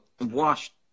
washed